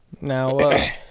Now